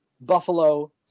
Buffalo